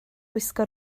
gwisgo